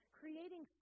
creating